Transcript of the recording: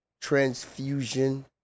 transfusion